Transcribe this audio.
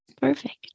Perfect